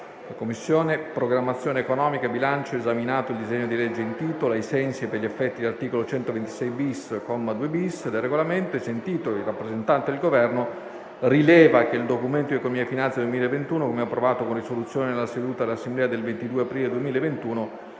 «La Commissione programmazione economica, bilancio, esaminato il disegno di legge in titolo, ai sensi e per gli effetti dell'articolo 126-*bis*, comma 2-*bis*, del Regolamento, e sentito il rappresentante del Governo, rileva che il Documento di economia e finanza 2021, come approvato con risoluzione nella seduta dell'Assemblea del 22 aprile 2021,